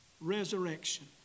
resurrection